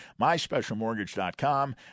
myspecialmortgage.com